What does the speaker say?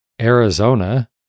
Arizona